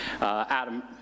adam